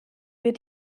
wir